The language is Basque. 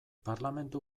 parlamentu